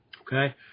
okay